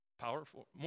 powerful